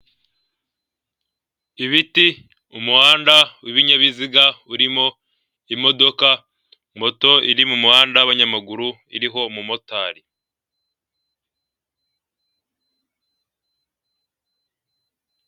Ibiti, umuhanda w'ibinyabiziga urimo imodoka, moto iri mu muhanda w'abanyamaguru iriho umumotari.